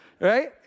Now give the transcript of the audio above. right